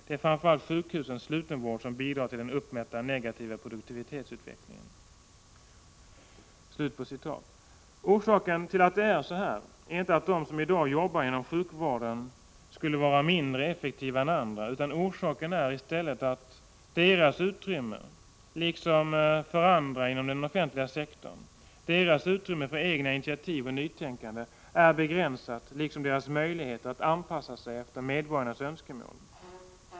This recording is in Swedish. Det är framför allt sjukhusens slutenvård som bidrar till den uppmätta negativa produktivitetsutvecklingen.” Orsaken till detta är inte att de som i dag jobbar inom sjukvården skulle vara mindre effektiva än andra, utan orsaken är i stället att deras utrymme, liksom utrymmet för andra i den offentliga sektorn, för egna initiativ och nytänkande är begränsat. Detsamma gäller deras möjligheter att anpassa sig efter medborgarnas önskemål.